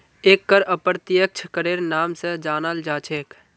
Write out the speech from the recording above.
एक कर अप्रत्यक्ष करेर नाम स जानाल जा छेक